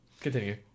Continue